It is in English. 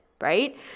Right